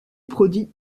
produits